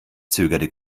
zögerte